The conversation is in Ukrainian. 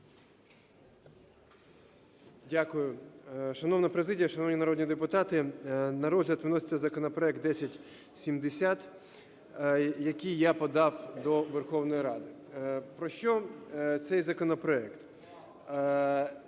Дякую. Шановна президія, шановні народні депутати! На розгляд вноситься законопроект 1070, який я подав до Верховної Ради. Про що цей законопроект?